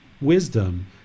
wisdom